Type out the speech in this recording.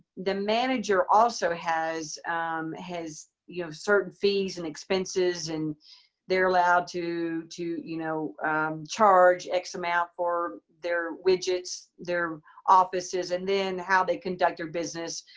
the manager also has um has you know certain fees and expenses. and they're allowed to to you know charge x amount for their widgets, their offices, and then how they conduct their business.